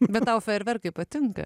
bet tau fejerverkai patinka